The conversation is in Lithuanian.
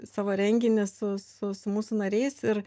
savo renginį su su su mūsų nariais ir